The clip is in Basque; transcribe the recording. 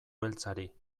beltzari